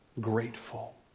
grateful